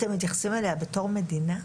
אתם מתייחסים אליה בתור מדינה?